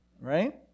right